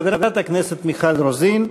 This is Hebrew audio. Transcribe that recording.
חברת הכנסת מיכל רוזין,